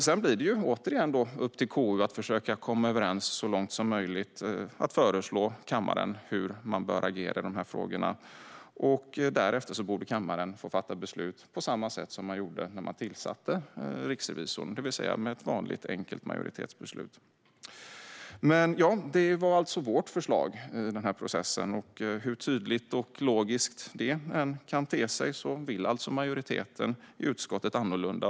Sedan är det återigen upp till KU att försöka att komma överens så långt som möjligt om att föreslå kammaren hur man bör agera i dessa frågor. Därefter får kammaren fatta beslut på samma sätt som man gjorde när man tillsatte riksrevisorn, det vill säga med ett vanligt enkelt majoritetsbeslut. Den här processen var alltså vårt förslag. Hur tydligt och logiskt som det än kan te sig vill alltså majoriteten i utskottet annorlunda.